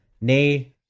Nay